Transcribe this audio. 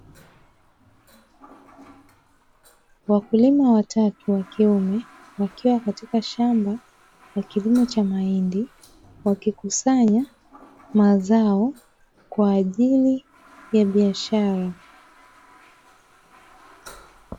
Wakulima watatu wa kiume wakiwa katika shamba la kilimo cha mahindi wakikusanya mazao kwaajili ya biashara.